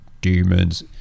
demons